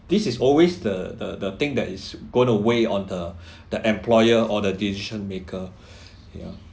this is always the the the thing that is going to weigh on the the employer or the decision maker yeah